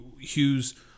Hughes